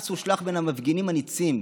הס הושלך בין המפגינים הניצים.